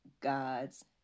God's